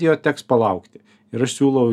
jo teks palaukti ir aš siūlau